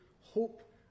hope